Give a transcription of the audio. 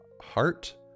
Heart